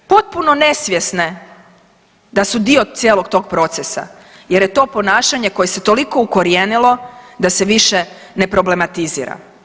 Potpuno nesvjesne da su dio cijelog tog procesa jer je to ponašanje koje se toliko ukorijenilo da se više ne problematizira.